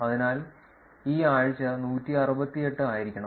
അതിനാൽ ഈ ആഴ്ച 168 ആയിരിക്കണം